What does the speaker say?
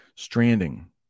stranding